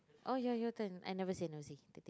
oh ya your turn I never say no see